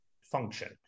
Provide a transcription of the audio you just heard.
function